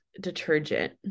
detergent